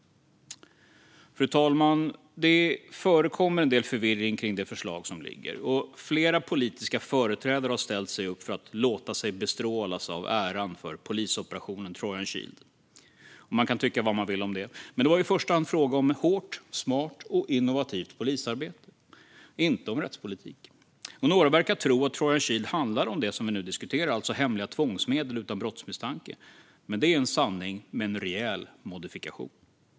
Fru talman! Det förekommer en del förvirring kring det förslag som ligger. Flera politiska företrädare har ställt sig upp för att låta sig bestrålas av äran för polisoperationen Trojan Shield. Man kan tycka vad man vill om det, men det var i första hand fråga om hårt, smart och innovativt polisarbete, inte om rättspolitik. Några verkar tro att Trojan Shield handlade om det som vi nu diskuterar, alltså hemliga tvångsmedel utan brottsmisstanke, men det är en sanning med en rejäl modifikation.